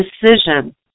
decision